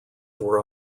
were